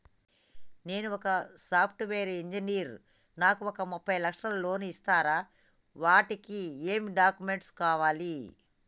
నేను ఒక software engineer నాకు ఒక ముప్పై లక్షల లోన్ ఇస్తరా? వాటికి ఏం డాక్యుమెంట్స్ కావాలి?